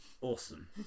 awesome